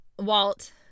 Walt